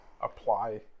apply